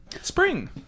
Spring